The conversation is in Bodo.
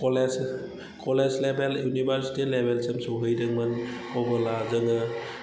कलेज कलेज लेभेल इउनिभारसिटि लेभेलसिम सौहैदोंमोन अबोला जोङो